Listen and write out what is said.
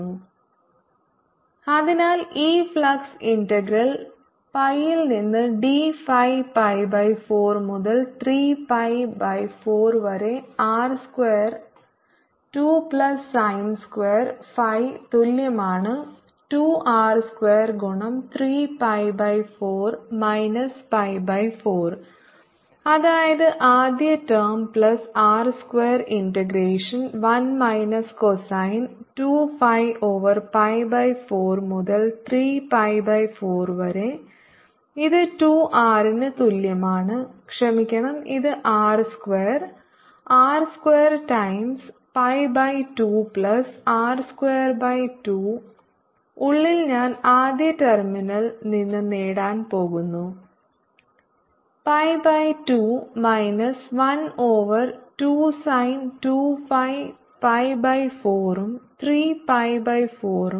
dS43π4dϕ01dz R22sin2ϕ അതിനാൽ ഈ flux integral പൈയിൽ നിന്ന് d phi pi ബൈ 4 മുതൽ 3 pi ബൈ 4 വരെ R square 2 plus sine square phi തുല്യമാണ് 2 R സ്ക്വയർ ഗുണം 3 pi by 4 minus pi by 4 അതായതു ആദ്യ term plus R square integration 1 minus cosine 2 phi over pi by 4 മുതൽ 3 pi ബൈ 4 വരെ ഇത് 2 ആർ ന് തുല്യമാണ് ക്ഷമിക്കണം ഇത് R square R square times pi by 2 plus R square by 2 ഉള്ളിൽ ഞാൻ ആദ്യ ടെർമിൽ നിന്ന് നേടാൻ പോകുന്നു pi by 2 minus 1 over 2 sine 2 phi pi by 4 ഉം 3 പൈ ബൈ 4 ഉം